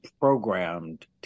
programmed